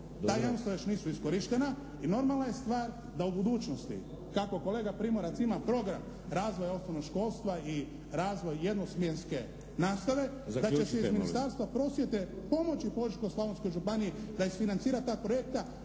dva jamstva još nisu iskorištena i normalna je stvar da u budućnosti kako kolega Primorac ima program razvoja osnovnog školstva i razvoj jednosmjenske nastave da će se iz Ministarstva prosvjete pomoći Požeško-slavonskoj županiji da isfinancira ta tri projekta